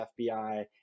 FBI